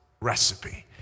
recipe